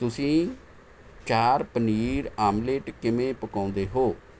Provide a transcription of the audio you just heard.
ਤੁਸੀਂ ਚਾਰ ਪਨੀਰ ਆਮਲੇਟ ਕਿਵੇਂ ਪਕਾਉਂਦੇ ਹੋ